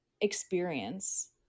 experience